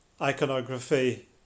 iconography